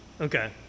Okay